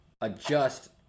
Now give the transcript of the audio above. adjust